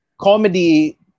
comedy